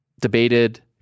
debated